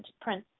prince